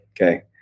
okay